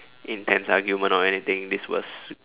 intense argument or anything this will s~